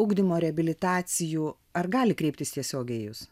ugdymo reabilitacijų ar gali kreiptis tiesiogiai į jus